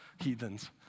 heathens